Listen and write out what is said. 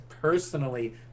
personally